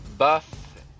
Buff